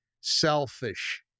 selfish